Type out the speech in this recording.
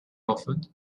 offered